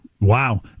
Wow